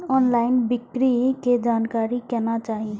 Online बिक्री के जानकारी केना चाही?